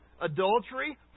adultery